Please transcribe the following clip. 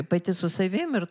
pati su savim ir